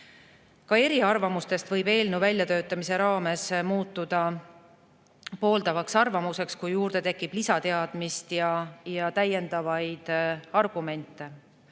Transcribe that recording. Ka eriarvamus võib eelnõu väljatöötamise raames muutuda pooldavaks arvamuseks, kui juurde tekib lisateadmist ja täiendavaid argumente.